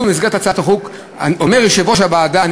יש להבהיר כי